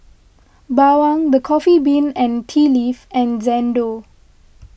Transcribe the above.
Bawang the Coffee Bean and Tea Leaf and Xndo